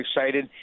excited